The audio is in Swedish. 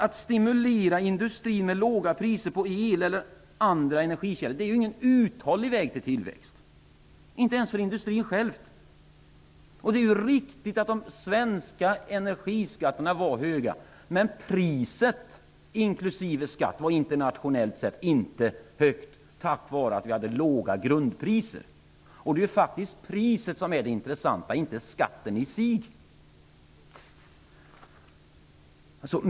Att stimulera industrin med låga priser på el eller andra energikällor är ingen uthållig väg till tillväxt, inte ens för industrin själv. Det är riktigt att de svenska energiskatterna var höga, men priset inklusive skatt var internationellt sett inte högt tack vare de låga grundpriserna. Det är faktiskt priset som är det intressanta, inte skatten i sig.